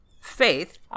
faith